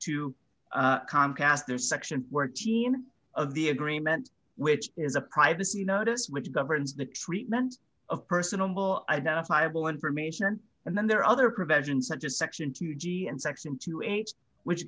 to comcast their section where t n of the agreement which is a privacy notice which governs the treatment of personable identifiable information and then there are other prevention such as section two g and section twenty eight which